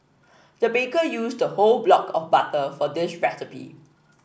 the baker used a whole block of butter for this recipe